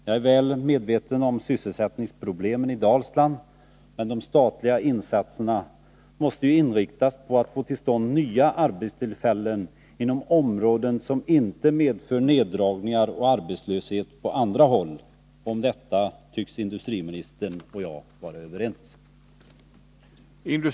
Jag är väl medveten om sysselsättningsproblemen i Dalsland, men de statliga insatserna måste ju inriktas på att man skall kunna få till stånd nya arbetstillfällen där det inte medför neddragning och arbetslöshet på andra håll. Om detta tycks industriministern och jag vara överens.